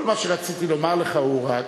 כל מה שרציתי לומר לך הוא רק,